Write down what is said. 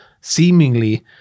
seemingly